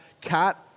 cat